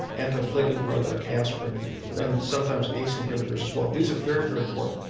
anti-platelet drugs like aspirin and sometimes ace inhibitors as well, these are very, very important.